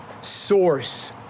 source